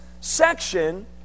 section